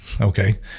okay